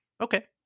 Okay